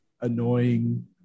annoying